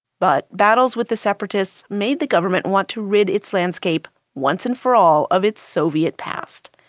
but battles with the separatists made the government want to rid its landscape once and for all of its soviet past,